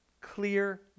clear